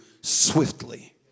swiftly